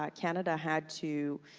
um canada had to